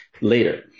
later